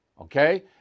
Okay